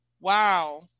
Wow